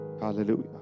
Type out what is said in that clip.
Hallelujah